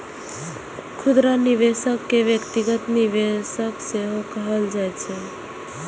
खुदरा निवेशक कें व्यक्तिगत निवेशक सेहो कहल जाइ छै